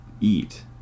eat